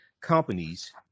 companies